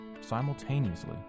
simultaneously